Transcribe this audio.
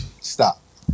stop